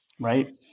right